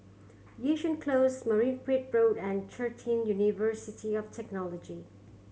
Yishun Close Marine Parade Road and University of Technology